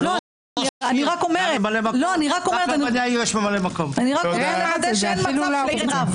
אני רק אומרת שאין מצב שאין רב.